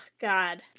God